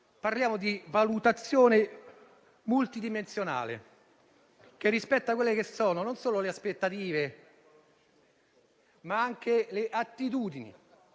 parliamo di valutazione multidimensionale, che rispetta non solo le aspettative, ma anche le attitudini: